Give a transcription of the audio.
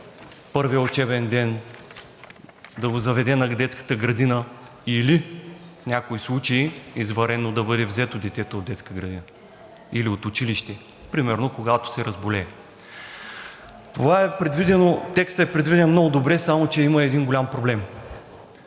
първия учебен ден, да го заведе на детската градина или в някои случаи извънредно да бъде взето от детска градина или от училище – примерно, когато се разболее. Текстът е предвиден много добре, само че има един голям проблем.